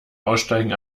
aussteigen